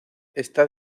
está